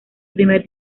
primer